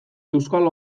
euskal